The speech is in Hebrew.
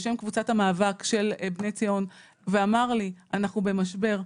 בשם קבוצת המאבק של "בני ציון" ואמר לי אנחנו במשבר.